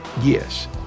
Yes